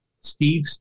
Steve